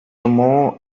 tomó